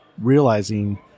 realizing